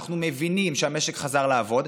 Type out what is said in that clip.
אנחנו מבינים שהמשק חזר לעבוד,